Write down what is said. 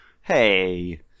hey